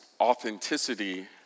authenticity